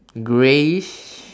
greyish